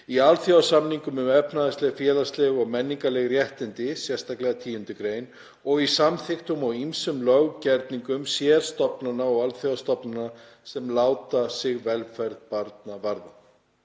í alþjóðasamningnum um efnahagsleg, félagsleg og menningarleg réttindi (sérstaklega 10. gr.), og í samþykktum og ýmsum löggerningum sérstofnana og alþjóðastofnana sem láta sig velferð barna varða